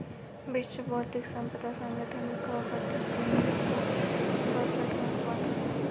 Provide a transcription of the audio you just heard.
विश्व बौद्धिक संपदा संगठन का गठन उन्नीस सौ सड़सठ में हुआ था